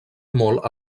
molt